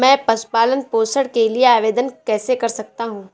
मैं पशु पालन पोषण के लिए आवेदन कैसे कर सकता हूँ?